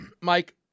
Mike